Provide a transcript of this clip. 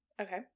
Okay